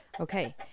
Okay